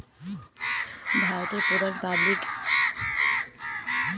ভারতের প্রধান public sector bank গুলির মধ্যে একটি হচ্ছে কানারা ব্যাঙ্ক